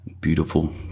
beautiful